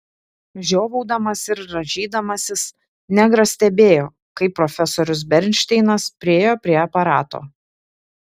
žiovaudamas ir rąžydamasis negras stebėjo kaip profesorius bernšteinas priėjo prie aparato